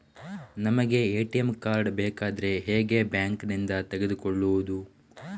ನಮಗೆ ATM card ಬೇಕಾದ್ರೆ ಹೇಗೆ ಬ್ಯಾಂಕ್ ನಿಂದ ತೆಗೆದುಕೊಳ್ಳುವುದು?